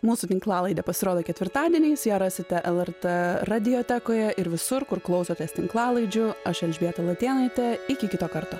mūsų tinklalaidė pasirodo ketvirtadieniais ją rasite lrt radiotekoje ir visur kur klausotės tinklalaidžių aš elžbieta latėnaitė iki kito karto